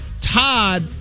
Todd